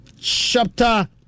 Chapter